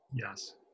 Yes